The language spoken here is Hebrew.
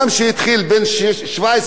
מי הולך בעיקר לבניין?